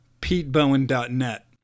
petebowen.net